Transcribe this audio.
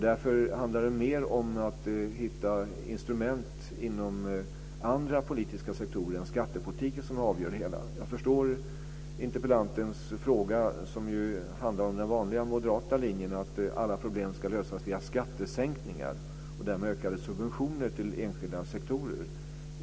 Därför handlar det mer om att hitta instrument inom andra politiska sektorer än skattepolitiken för att komma till rätta med det hela. Jag förstår interpellantens fråga som ju handlar om den vanliga moderata linjen, att alla problem ska lösas via skattesänkningar och därmed ökade subventioner till enskilda sektorer.